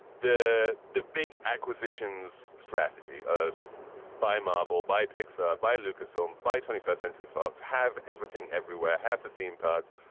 the the big acquisitions strategy of by marvel biopics, ah by lucasfilm, by twenty first century fox, have everything everywhere, have the theme parks,